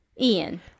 ian